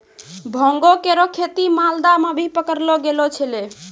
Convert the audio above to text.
भांगो केरो खेती मालदा म भी पकड़लो गेलो छेलय